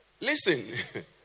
Listen